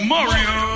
Mario